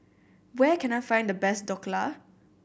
where can I find the best Dhokla